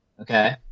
Okay